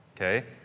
Okay